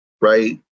right